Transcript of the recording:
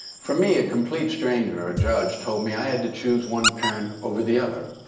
for me, a complete stranger, a judge, told me i had to choose one parent over the other.